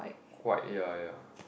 white ya ya